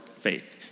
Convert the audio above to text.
faith